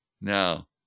Now